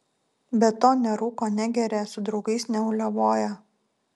be to nerūko negeria su draugais neuliavoja